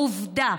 עובדה,